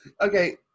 Okay